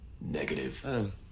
Negative